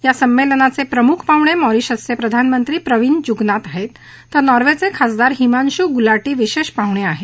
या संमेलनाचे प्रमुख पाहुणे मॉरिशसचे प्रधानमंत्री प्रविंद जुगनाथ आहेत तर नॉर्वेचे खासदार हिमांशु गुलाटी विशेष पाहुणे आहेत